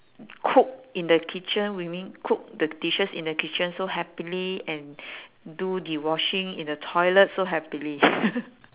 cook in the kitchen we mean cook the dishes in the kitchen so happily and do the washing in the toilet so happily